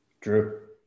Drew